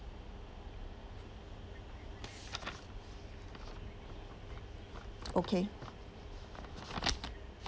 okay